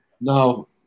No